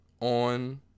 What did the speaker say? on